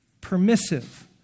permissive